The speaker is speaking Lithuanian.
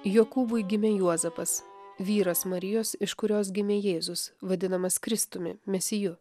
jokūbui gimė juozapas vyras marijos iš kurios gimė jėzus vadinamas kristumi mesiju